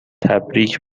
تبریک